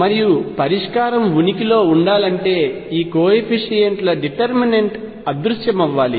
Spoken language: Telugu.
మరియు పరిష్కారం ఉనికిలో ఉండాలంటే ఈ కోయెఫిషియంట్ల డిటెర్మినెంట్ అదృశ్యమవ్వాలి